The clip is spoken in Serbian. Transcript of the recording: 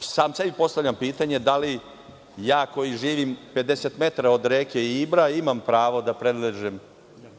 sam sebi postavljam pitanje – da li ja, koji živim 50 metara od reke Ibra, imam pravo da predlažem